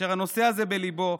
אשר הנושא הזה בליבו,